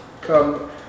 come